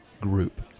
group